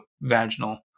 vaginal